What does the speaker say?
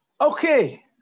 Okay